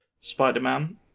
Spider-Man